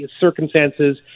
circumstances